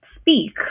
speak